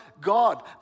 God